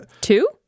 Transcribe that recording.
two